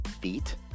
feet